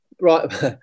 right